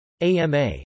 AMA